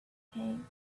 came